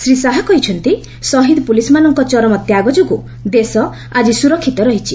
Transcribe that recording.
ଶ୍ରୀ ଶାହା କହିଛନ୍ତି ଶହୀଦ ପୋଲିସମାନଙ୍କ ଚରମ ତ୍ୟାଗ ଯୋଗୁଁ ଦେଶ ଆକି ସୁରକ୍ଷିତ ରହିଛି